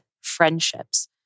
friendships